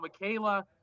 Michaela